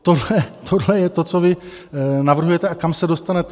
Tohle je to, co vy navrhujete a kam se dostanete.